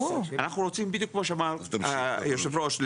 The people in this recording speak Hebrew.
בדיוק כמו שאמר היושב-ראש,